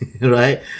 right